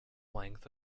length